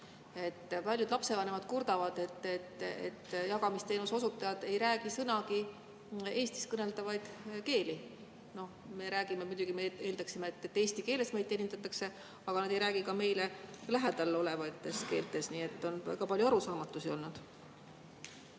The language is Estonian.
Paljud lapsevanemad kurdavad, et jagamisteenuse osutajad ei räägi sõnagi Eestis kõneldavaid keeli. Me räägime muidugi, et me eeldame, et eesti keeles meid teenindatakse, aga nad ei räägi ka meile lähedal olevaid keeli. On väga palju arusaamatusi olnud.